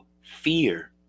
fear